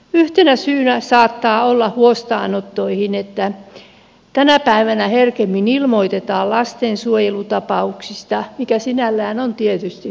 yhtenä syynä huostaanottoihin saattaa olla että tänä päivänä herkemmin ilmoitetaan lastensuojelutapauksista mikä sinällään on tietysti hyvä asia